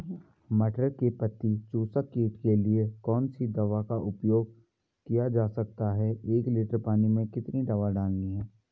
मटर में पत्ती चूसक कीट के लिए कौन सी दवा का उपयोग किया जा सकता है एक लीटर पानी में कितनी दवा डालनी है?